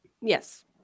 Yes